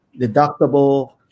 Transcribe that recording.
deductible